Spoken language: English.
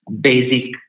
basic